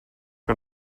que